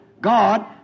God